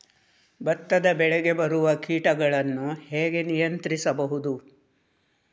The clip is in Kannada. ಭತ್ತದ ಬೆಳೆಗೆ ಬರುವ ಕೀಟಗಳನ್ನು ಹೇಗೆ ನಿಯಂತ್ರಿಸಬಹುದು?